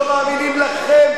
לא מאמינים לכם,